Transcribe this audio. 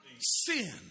Sin